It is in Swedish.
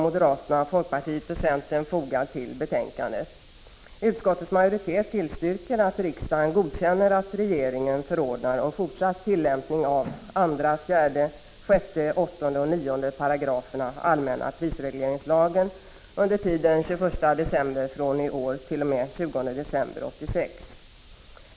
Moderaterna, folkpartiet och centern har fogat en gemensam reservation vid betänkandet.